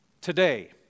today